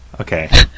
Okay